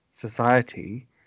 society